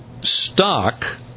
stock